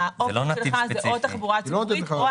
האופציה שלך היא או תחבורה ציבורית או הליכה,